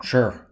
Sure